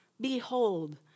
Behold